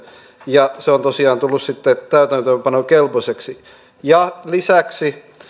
ja se on tosiaan tullut sitten täytäntöönpanokelpoiseksi lisäksi